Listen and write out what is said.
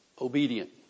obedient